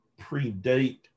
predate